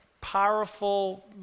powerful